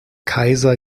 kaiser